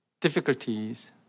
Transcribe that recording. difficulties